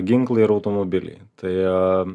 ginklai ir automobiliaitai